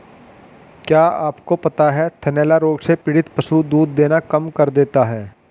क्या आपको पता है थनैला रोग से पीड़ित पशु दूध देना कम कर देता है?